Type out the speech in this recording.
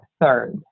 third